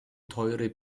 teure